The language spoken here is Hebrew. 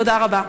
תודה רבה.